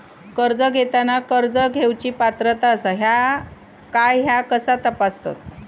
कर्ज घेताना कर्ज घेवची पात्रता आसा काय ह्या कसा तपासतात?